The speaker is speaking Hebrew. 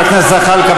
חבר הכנסת זחאלקה,